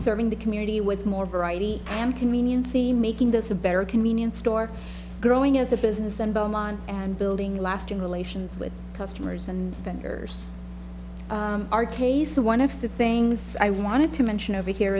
serving the community with more variety and convenience the making this a better convenience store growing as a business in beaumont and building lasting relations with customers and vendors are tasty one of the things i wanted to mention over here